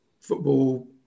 football